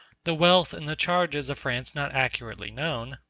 the wealth and the charges of france not accurately known